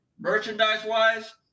merchandise-wise